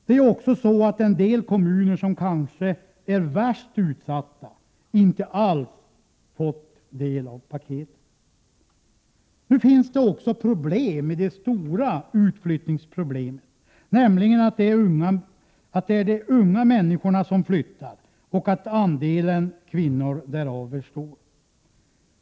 Det är också så att en del av de kommuner som kanske är värst utsatta inte alls har fått del av paketet. Nu finns det också problem i det stora utflyttningsproblemet, nämligen att det är de unga människorna som flyttar och att andelen kvinnor därav är stor.